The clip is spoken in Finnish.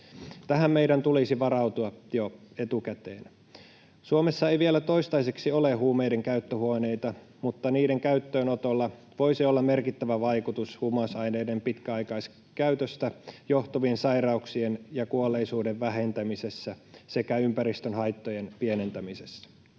Tähän meidän tulisi varautua jo etukäteen. Suomessa ei vielä toistaiseksi ole huumeiden käyttöhuoneita, mutta niiden käyttöönotolla voisi olla merkittävä vaikutus huumausaineiden pitkäaikaiskäytöstä johtuvien sairauk-sien ja kuolleisuuden vähentämisessä sekä ympäristöhaittojen pienentämisessä.